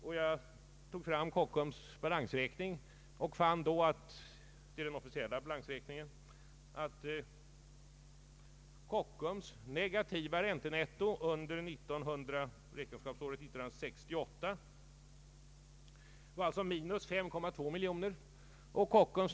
Jag har tagit fram Kockums officiella balansräkning och funnit att det negativa räntenettot under räkenskapsåret 1968 var minus 5,2 miljoner kronor.